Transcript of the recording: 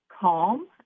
calm